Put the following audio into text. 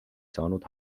saanud